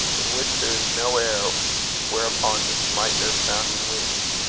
in which there is no air whereupon to smite their sounding wings,